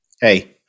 hey